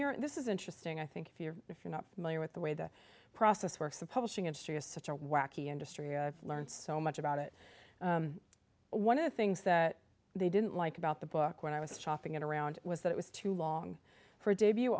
you're and this is interesting i think if you're if you're not familiar with the way the process works the publishing industry is such a wacky industry i learned so much about it one of the things that they didn't like about the book when i was shopping it around was that it was too long for a debut